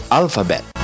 alphabet